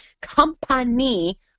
company